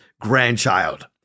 grandchild